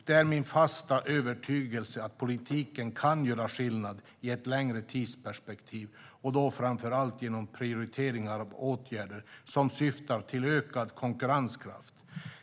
Det är min fasta övertygelse att politiken kan göra skillnad i ett längre tidsperspektiv och då framför allt genom prioritering av åtgärder som syftar till ökad konkurrenskraft.